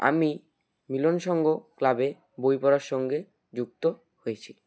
আমি মিলন সংঘ ক্লাবে বই পড়ার সঙ্গে যুক্ত হয়েছি